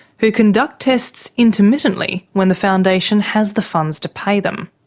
who conduct tests intermittently when the foundation has the funds to pay them.